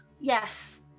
Yes